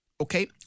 Okay